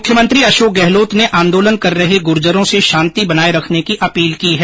मुख्यमंत्री अशोक गहलोत ने आंदोलन कर रहे गुर्जरों से शांति बनाए रखने की अपील की है